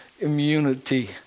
immunity